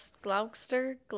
Gloucester